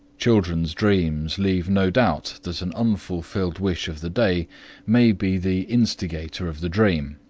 children's dreams leave no doubt that an unfulfilled wish of the day may be the instigator of the dream.